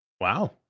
Wow